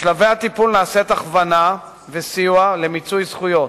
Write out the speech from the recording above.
בשלבי הטיפול נעשים הכוונה וסיוע למיצוי זכויות,